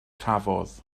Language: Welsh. cafodd